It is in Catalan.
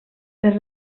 per